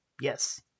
yes